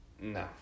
no